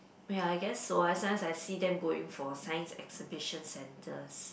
ya I guess so I sometimes I see them going for science exhibition centres